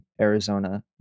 Arizona